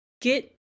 get